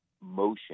motion